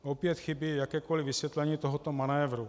Opět chybí jakékoli vysvětlení tohoto manévru.